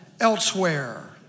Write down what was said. elsewhere